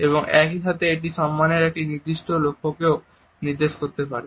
এবং একই সাথে এটি সম্মানের একটি নির্দিষ্ট লক্ষণকেও নির্দেশ করতে পারে